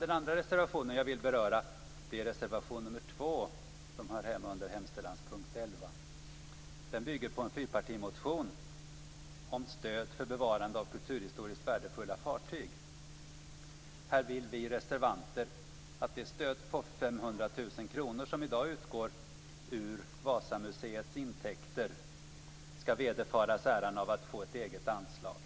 Den andra reservationen som jag vill beröra är reservation 2 under hemställanspunkten 11. Reservationen bygger på en fyrpartimotion om stöd för bevarande av kulturhistoriskt värdefulla fartyg. Här vill vi reservanter att det stöd på 500 000 kr som i dag utgår ur Vasamuseets intäkter skall vederfaras äran av att få ett eget anslag.